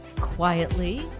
quietly